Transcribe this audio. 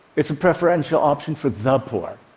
it's a preferential option for the poor.